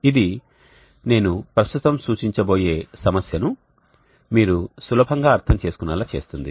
ఇది నేను ప్రస్తుతం సూచించబోయే సమస్యను మీరు సులభంగా అర్థం చేసుకునేలా చేస్తుంది